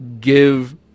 give